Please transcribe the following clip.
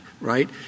right